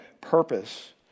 purpose